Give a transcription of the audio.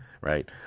right